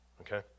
Okay